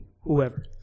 whoever